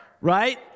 Right